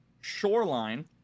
Shoreline